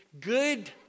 good